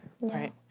Right